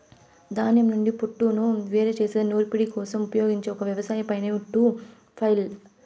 ధాన్యం నుండి పోట్టును వేరు చేసే నూర్పిడి కోసం ఉపయోగించే ఒక వ్యవసాయ పనిముట్టు ఫ్లైల్